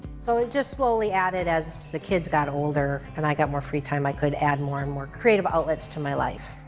so it just slowly added as the kids got older and i got more free time i could add more and more creative outlets to my life.